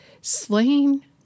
slaying